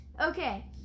Okay